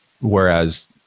whereas